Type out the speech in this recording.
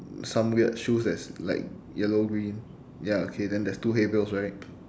some weird shoes that's like yellow green ya okay then there is two hay bales right